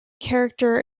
character